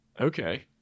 Okay